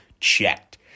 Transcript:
checked